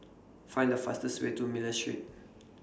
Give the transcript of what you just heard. Find The fastest Way to Miller Street